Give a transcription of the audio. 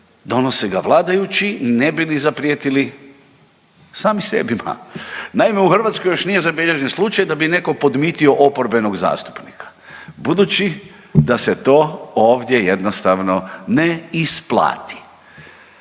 donose ga vladajući ne bi li zaprijetili sami sebi. Naime, u Hrvatskoj još nije zabilježen slučaj da bi netko podmitio oporbenog zastupnika, budući da se to ovdje jednostavno ne isplati.